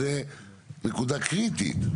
זו נקודה קריטית.